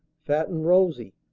fat and rosy.